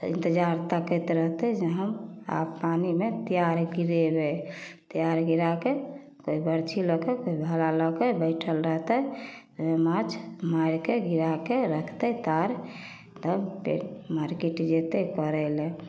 इन्तजार ताकैत रहतै जे हम आब पानिमे तिआर गिरेबै तिआर गिराकऽ कोइ बरछी लऽ कऽ कोइ भाला लऽ कऽ बैठल रहतै माँछ मारिके गिराकऽ रखतै तार तब फेर मार्केट जेतै करैलए